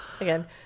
Again